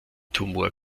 tumor